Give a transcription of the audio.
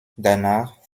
danach